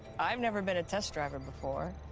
i've never been a test driver before,